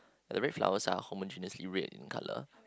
the red flowers are homogeneously red in colour